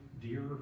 Dear